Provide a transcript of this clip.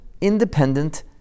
independent